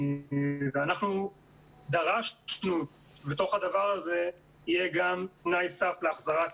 אנחנו דרשנו שבתוך הדבר הזה יהיה גם תנאי סף להחזרת